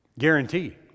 Guarantee